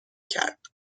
کرد